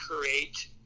create